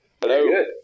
Hello